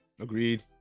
Agreed